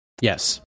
Yes